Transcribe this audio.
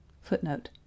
Footnote